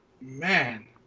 man